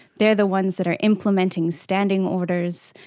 they're the ones that are implementing standing orders,